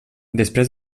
després